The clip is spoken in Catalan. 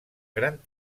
gran